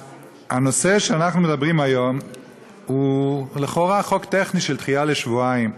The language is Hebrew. הנושא שאנחנו עוסקים בו היום הוא לכאורה חוק טכני של דחייה בשבועיים,